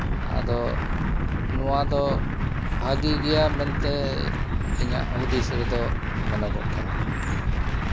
ᱟᱫᱚ ᱱᱚᱣᱟ ᱫᱚ ᱵᱷᱟᱜᱮ ᱜᱮᱭᱟ ᱢᱮᱱᱛᱮ ᱤᱧᱟᱹᱜ ᱦᱩᱫᱤᱥ ᱨᱮᱫᱚ ᱢᱮᱱᱚᱜᱚᱜ ᱠᱟᱱᱟ